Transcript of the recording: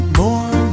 more